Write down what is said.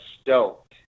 stoked